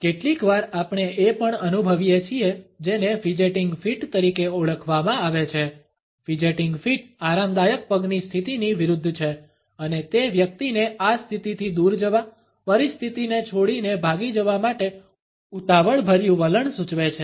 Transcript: કેટલીકવાર આપણે એ પણ અનુભવીએ છીએ જેને ફિજેટીંગ ફીટ તરીકે ઓળખવામાં આવે છે ફિજેટીંગ ફીટ આરામદાયક પગની સ્થિતિની વિરુદ્ધ છે અને તે વ્યક્તિને આ સ્થિતિથી દૂર જવા પરિસ્થિતિ છોડીને ભાગી જવા માટે ઉતાવળભર્યું વલણ સૂચવે છે